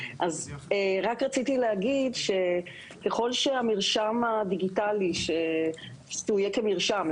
רק רציתי להגיד שככל שהמרשם הדיגיטלי יהיה כמרשם,